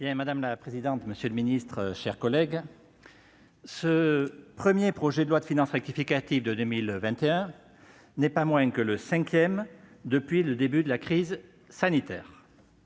Madame la présidente, monsieur le ministre, chers collègues, ce premier projet de loi de finances rectificative de 2021 n'est pas moins que le cinquième depuis le début de la crise sanitaire.